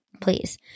please